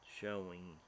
showing